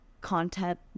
content